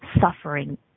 suffering